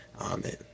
Amen